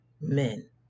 men